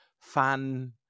fan